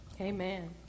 Amen